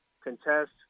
contest